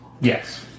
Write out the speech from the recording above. Yes